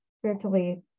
spiritually